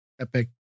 Epic